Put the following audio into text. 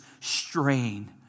strain